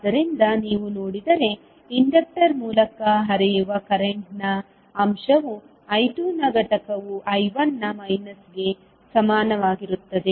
ಆದ್ದರಿಂದ ನೀವು ನೋಡಿದರೆ ಇಂಡಕ್ಟರ್ ಮೂಲಕ ಹರಿಯುವ ಕರೆಂಟ್ನ ಅಂಶವು I2 ನ ಘಟಕವು I1 ನ ಮೈನಸ್ಗೆ ಸಮನಾಗಿರುತ್ತದೆ